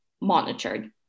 monitored